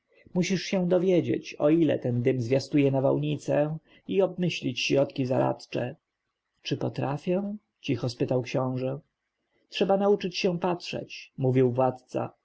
musisz więc dowiedzieć się o ile ten dym zwiastuje nawałnicę i obmyślić środki zaradcze czy potrafię cicho spytał książę trzeba nauczyć się patrzeć mówił władca